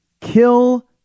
Kill